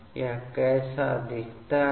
यह कैसा दिखता है